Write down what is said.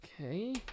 okay